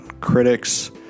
critics